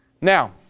Now